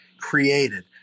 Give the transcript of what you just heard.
created